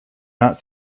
not